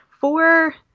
four